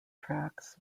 tracts